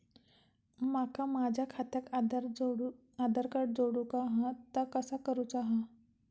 माका माझा खात्याक आधार कार्ड जोडूचा हा ता कसा करुचा हा?